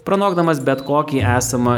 pranokdamas bet kokį esamą